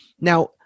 Now